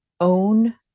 own